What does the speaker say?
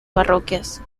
parroquias